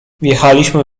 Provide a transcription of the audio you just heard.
wjechaliśmy